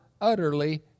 utterly